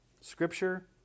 Scripture